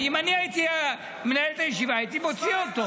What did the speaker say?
אם אני הייתי מנהל את הישיבה הייתי מוציא אותו.